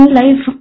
life